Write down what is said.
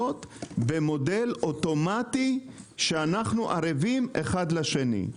במודל אוטומטי שאנחנו ערבים אחד לשני.